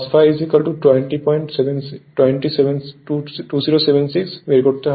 cos ∅ 2076 বের করতে হবে